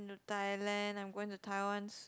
to Thailand I'm going to Taiwan s~